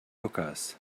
hookahs